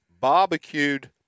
barbecued